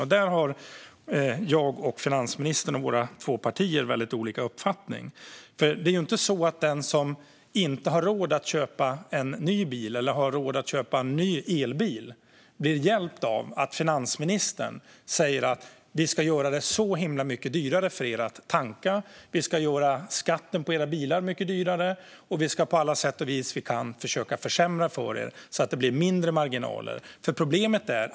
Här har jag och finansministern och våra två partier väldigt olika uppfattning. Det är ju inte så att den som inte har råd att köpa en ny elbil blir hjälpt av att finansministern gör bensinen dyrare, fordonsskatten högre och på alla sätt och vis försöker försämra så att marginalerna blir mindre.